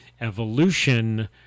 evolution